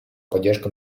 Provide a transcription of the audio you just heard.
поддержка